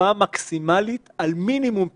אכיפה מקסימלית על מינימום פעילות.